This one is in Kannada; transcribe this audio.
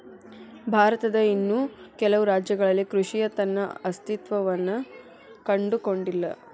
ಭಾರತದ ಇನ್ನೂ ಕೆಲವು ರಾಜ್ಯಗಳಲ್ಲಿ ಕೃಷಿಯ ತನ್ನ ಅಸ್ತಿತ್ವವನ್ನು ಕಂಡುಕೊಂಡಿಲ್ಲ